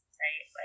right